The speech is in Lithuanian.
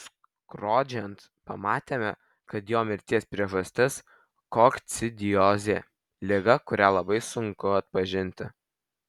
skrodžiant pamatėme kad jo mirties priežastis kokcidiozė liga kurią labai sunku atpažinti